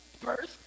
first